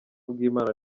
bw’imana